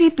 C P